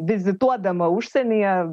vizituodama užsienyje